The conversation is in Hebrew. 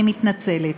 אני מתנצלת.